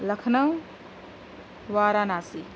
Lucknow Varanasi